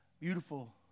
beautiful